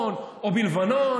ושומרון או בלבנון,